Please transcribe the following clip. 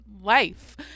life